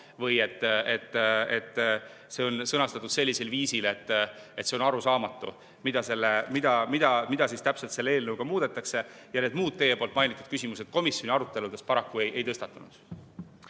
või et see on sõnastatud sellisel viisil, et [jääb] arusaamatuks, mida täpselt selle eelnõuga muudetakse. Muud teie mainitud küsimused komisjoni aruteludes paraku ei tõstatunud.